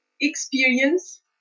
experience